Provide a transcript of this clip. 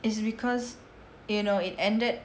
it's because you know it ended